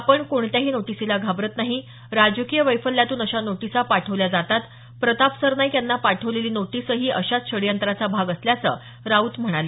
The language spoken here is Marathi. आपण कोणत्याही नोटीसला घाबरत नाही राजकीय वैफल्यातून अशा नोटिसा पाठवल्या जातात प्रताप सरनाईक यांना पाठवलेली नोटीस ही अशाच षडयंत्राचा भाग असल्याचं राऊत म्हणाले